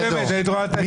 --- תודה, טלי.